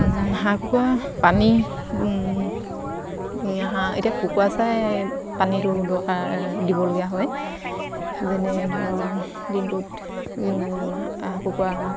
হাঁহ কুকুৰা পানী হাঁহ এতিয়া কুকুৰা চাই পানীটো দৰকাৰ দিবলগীয়া হয় যেনে ধৰক দিনটোত হাঁহ কুকুৰা